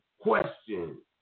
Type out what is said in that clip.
question